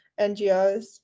NGOs